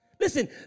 Listen